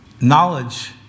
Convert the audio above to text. knowledge